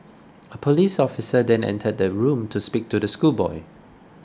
a police officer then entered the room to speak to the schoolboy